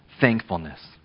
thankfulness